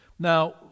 Now